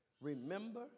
Remember